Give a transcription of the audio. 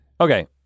Okay